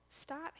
start